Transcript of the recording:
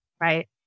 Right